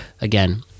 again